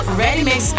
readymix